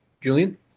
Julian